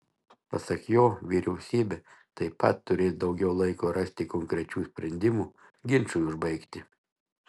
pasak jo vyriausybė taip pat turės daugiau laiko rasti konkrečių sprendimų ginčui užbaigti